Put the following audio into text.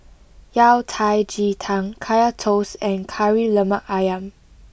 Yao Cai Ji Tang Kaya Toast and Kari Lemak Ayam